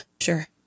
Sure